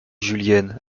julienne